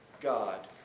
God